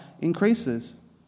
increases